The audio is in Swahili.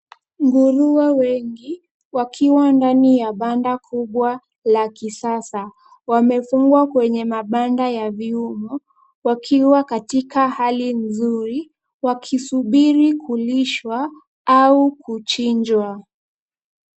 Nguruwe wengi wakiwa ndani ya banda kubwa la kisasa. Wamefungwa kwenye mabanda ya vyuma wakiwa katika hali nzuri wakisubiri kulishwa au kuchinjwa.